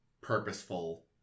purposeful